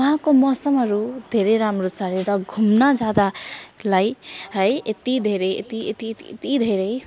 वहाँको मौसमहरू धेरै राम्रो छ यता घुम्न जाँदा लाई है यति धेरै यति यति यति यति धेरै